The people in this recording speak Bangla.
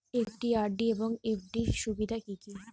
একটি আর.ডি এবং এফ.ডি এর সুবিধা কি কি?